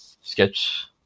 sketch